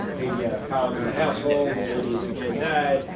they get a problem in the household. maybe it's again, dad.